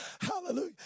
Hallelujah